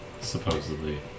supposedly